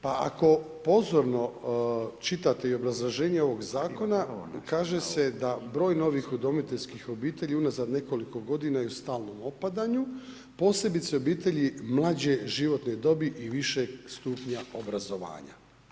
Pa ako pozorno čitate i obrazloženje ovog zakona, kaže se da broj novih udomiteljskih obitelji unazad nekoliko godina je u stalnom opadanju, posebice obitelji mlađe životne dobi i višeg stupnja obrazovanja.